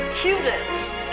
cutest